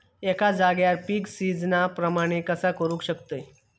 एका जाग्यार पीक सिजना प्रमाणे कसा करुक शकतय?